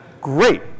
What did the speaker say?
great